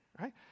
right